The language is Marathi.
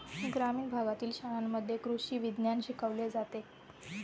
ग्रामीण भागातील शाळांमध्ये कृषी विज्ञान शिकवले जाते